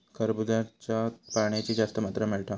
खरबूज्यात पाण्याची जास्त मात्रा मिळता